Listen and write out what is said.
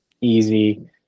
Easy